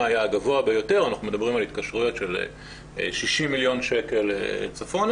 היה הגבוה ביותר אנחנו מדברים על התקשרויות של 60 מיליון שקל צפונה